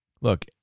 Look